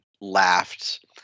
laughed